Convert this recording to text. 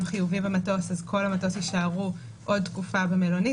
חיובי במטוס אז כל המטוס יישארו עוד תקופה במלונית,